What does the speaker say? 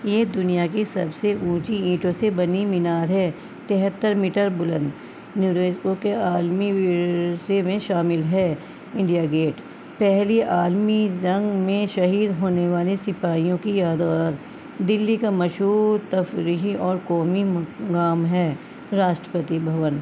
یہ دنیا کی سب سے اونچی ایینٹوں سے بنی مینار ہے تہتر میٹر بلند نیوریزکو کے عالمی ورثے میں شامل ہے انڈیا گیٹ پہلی عالمی جنگ میں شہید ہونے والی سپاہیوں کی یادگار دلّی کا مشہور تفریحی اور قومی مقام ہے راسٹرپتی بھون